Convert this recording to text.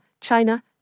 China